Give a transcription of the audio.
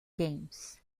games